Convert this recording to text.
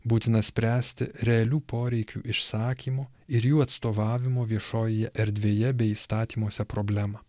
būtina spręsti realių poreikių išsakymų ir jų atstovavimo viešojoje erdvėje bei įstatymuose problemą